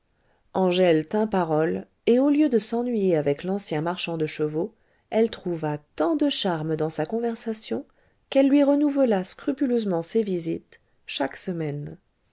angèle tint parole et au lieu de s'ennuyer avec l'ancien marchand de chevaux elle trouva tant de charmes dans sa conversation qu'elle lui renouvela scrupuleusement ses visites chaque semaine